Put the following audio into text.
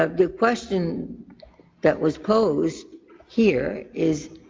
ah the question that was posed here is,